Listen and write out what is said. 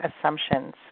assumptions